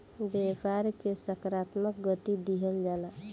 व्यापार के सकारात्मक गति दिहल जाला